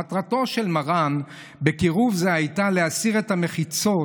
מטרתו של מרן בקירוב זה הייתה להסיר את המחיצות